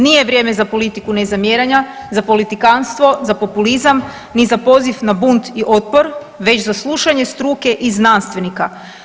Nije vrijeme za politiku nezamjeranja, za politikanstvo, za populizam, ni za poziv na bunt i otpor već za slušanje struke i znanstvenika.